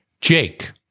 Jake